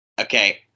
Okay